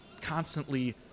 constantly